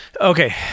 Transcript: Okay